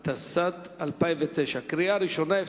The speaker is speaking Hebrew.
התשס"ט 2009, קריאה ראשונה.